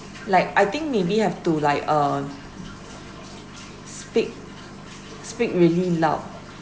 like I think maybe have to like um speak speak really loud